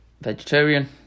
vegetarian